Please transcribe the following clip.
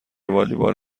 والیبال